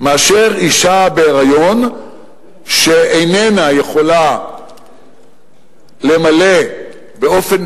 מאשה בהיריון שאיננה יכולה למלא באופן